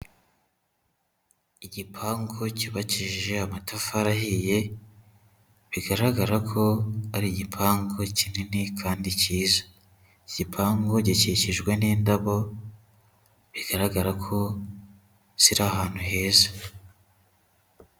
Igipangu cyubakishije amatafari ahiye, bigaragara ko ari igipangu kinini kandi cyiza. Iki gipangu gikikijwe n'indabo, bigaragara ko ziri ahantu heza.